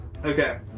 Okay